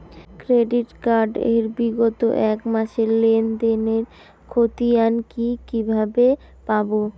Credit card এর বিগত এক মাসের লেনদেন এর ক্ষতিয়ান কি কিভাবে পাব?